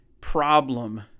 problem